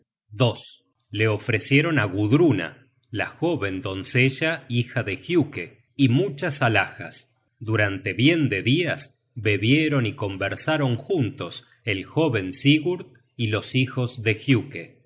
fidelidad le ofrecieron á gudruna la jóven doncella hija de giuke y muchas alhajas durante bien de dias bebieron y conversaron juntos el jóven sigurd y los hijos de